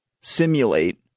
simulate